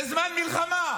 בזמן מלחמה,